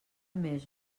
més